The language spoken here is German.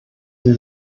sie